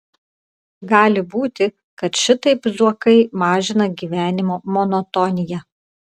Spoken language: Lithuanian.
gali būti kad šitaip zuokai mažina gyvenimo monotoniją